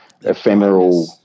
ephemeral